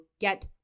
get